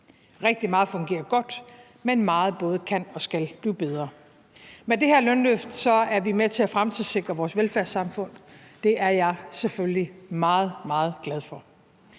Rigtig meget fungerer godt, men meget både kan og skal blive bedre. Med det her lønløft er vi med til at fremtidssikre vores velfærdssamfund. Det er jeg selvfølgelig meget, meget glad for.